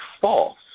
false